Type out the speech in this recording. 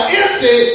empty